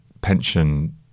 pension